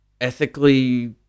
ethically